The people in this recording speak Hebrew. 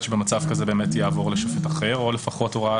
שבמצב כזה באמת יעבור לשופט אחר או לפחות הוראה